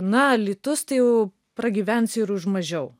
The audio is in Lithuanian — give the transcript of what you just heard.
na alytus tai jau pragyvensi ir už mažiau